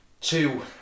two